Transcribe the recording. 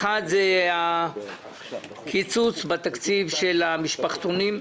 אחת, הקיצוץ בתקציב של המשפחתונים.